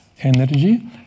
energy